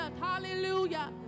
Hallelujah